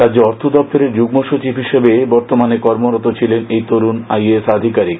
রাজ্য অর্থ দপ্তরের যুগ্ম সচিব হিসেবে বর্তমানে কর্মরত ছিলেন এই তরুণ আইএএস আধিকারিক